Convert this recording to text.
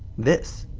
this.